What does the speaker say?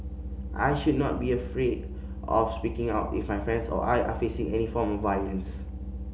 I should not be afraid of speaking out if my friends or I are facing any form of violence